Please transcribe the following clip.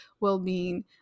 well-being